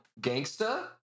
Gangsta